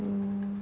mm